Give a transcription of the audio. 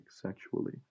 sexually